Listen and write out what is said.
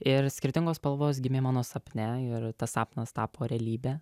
ir skirtingos spalvos gimė mano sapne ir tas sapnas tapo realybe